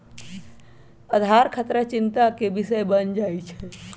आधार खतरा चिंता के विषय बन जाइ छै